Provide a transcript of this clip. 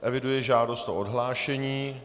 Eviduji žádost o odhlášení.